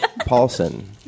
Paulson